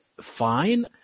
fine